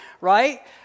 right